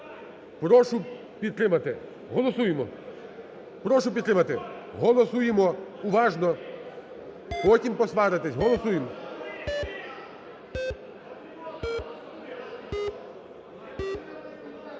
Прошу підтримати. Голосуємо! Прошу підтримати. Голосуємо уважно! Потім посваритесь. Голосуємо.